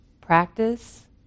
practice